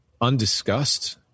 undiscussed